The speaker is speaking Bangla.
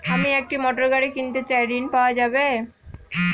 আমি একটি মোটরগাড়ি কিনতে চাই ঝণ পাওয়া যাবে?